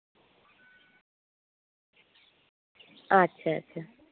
ᱟᱪᱪᱷᱟ ᱟᱪᱪᱷᱟ